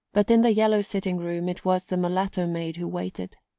but in the yellow sitting-room it was the mulatto maid who waited.